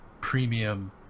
premium